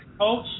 coach